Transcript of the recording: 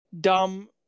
dumb